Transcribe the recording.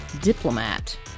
diplomat